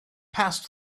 passed